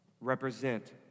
represent